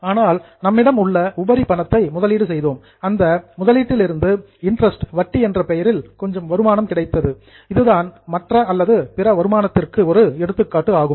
ஆனால் நம்மிடம் உள்ள உபரி பணத்தை முதலீடு செய்தோம் அந்த இன்வெஸ்ட்மெண்ட் முதலீட்டில் இருந்து இன்டர்ஸ்ட் வட்டி என்ற பெயரில் கொஞ்சம் வருமானம் கிடைத்தது இதுதான் மற்ற அல்லது பிற வருமானத்திற்கு ஒரு எடுத்துக்காட்டு ஆகும்